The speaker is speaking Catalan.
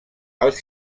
als